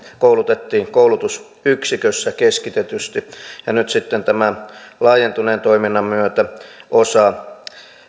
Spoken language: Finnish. koulutettiin koulutusyksikössä keskitetysti ja nyt sitten tämän laajentuneen toiminnan myötä osa